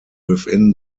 within